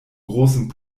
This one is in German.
großem